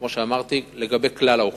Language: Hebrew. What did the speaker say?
כמו שאמרתי לגבי כלל האוכלוסייה,